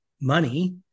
money